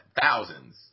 thousands